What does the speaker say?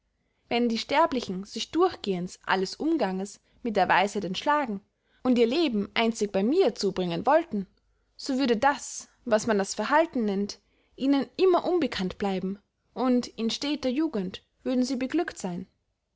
wenn die sterblichen sich durchgehends alles umganges mit der weisheit entschlagen und ihr leben einzig bey mir zubringen wollten so würde das was man das veralten nennt ihnen immer unbekannt bleiben und in steter jugend würden sie beglückt seyn